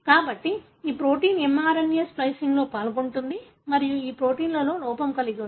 కాబట్టి ఈ protein mRNA స్ప్లికింగ్లో పాల్గొంటుంది మరియు ఈ ప్రోటీన్ లోపం కలిగి ఉంది